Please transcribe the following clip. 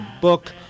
book